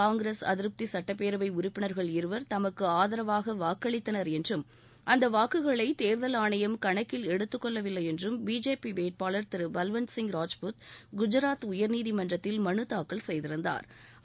காங்கிரஸ் அதிருப்தி சுட்டப்பேரவை உறுப்பினர்கள் இருவர் தமக்கு ஆதரவாக வாக்களித்தனர் என்றும் அந்த வாக்குகளை தேர்தல் ஆணையம் கணக்கில் எடுத்துக்கொள்ளவில்லை என்றும் பிஜேபி வேட்பாளர் திரு பல்வந்த்சிங் ராஜ்புத் குஜாத் உயர்நீதிமன்றத்தில் மனு தாக்கல் செய்திருந்தாா்